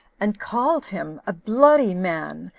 and called him a bloody man,